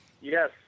Yes